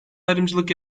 ayrımcılık